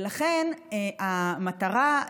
ולכן המטרה,